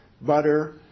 butter